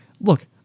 look